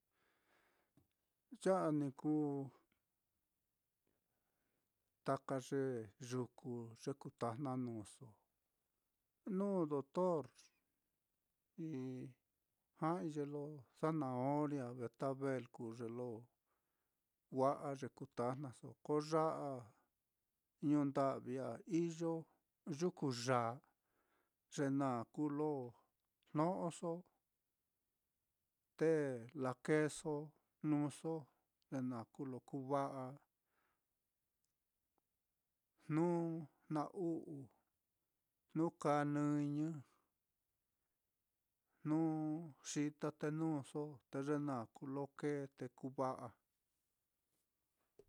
Ya á ni kuu taka ye yuku ye kutajna nuuso, nuu doctor ja'ai ye lo zanahoria, betabel, kuu ye lo wa'a ye kutajnaso, ko ya á ñuu nda'vi á iyo yuku yáa, ye naá kuu ye lo jno'oso te lakēēso nuuso, ye naá kuu lo kuva'a, jnu jna-u'u, jnu kaa nɨñɨ, jnu xita ténuuso, te ye naá kuu ye lo kēē te kuu va'a.